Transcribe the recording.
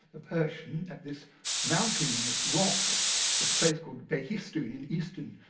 the persian at this mountainous rock at the place called behistun in eastern